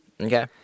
Okay